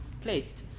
placed